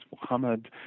Muhammad